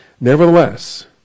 Nevertheless